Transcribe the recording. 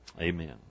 Amen